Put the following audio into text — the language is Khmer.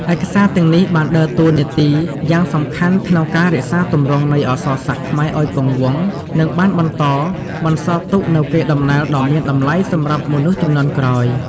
ឯកសារទាំងនេះបានដើរតួនាទីយ៉ាងសំខាន់ក្នុងការរក្សាទម្រង់នៃអក្សរសាស្ត្រខ្មែរឱ្យគង់វង្ស និងបានបន្តបន្សល់ទុកនូវកេរដំណែលដ៏មានតម្លៃសម្រាប់មនុស្សជំនាន់ក្រោយ។